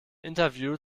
interview